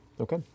Okay